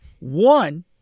one